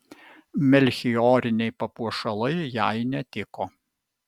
melchioriniai papuošalai jai netiko